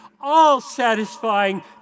all-satisfying